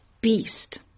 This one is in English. beast